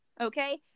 Okay